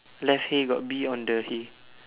left hay got bee on the hay